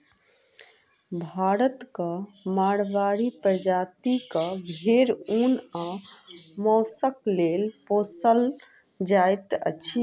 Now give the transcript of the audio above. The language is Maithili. भारतक माड़वाड़ी प्रजातिक भेंड़ ऊन आ मौंसक लेल पोसल जाइत अछि